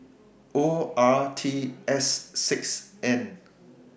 O R T S six N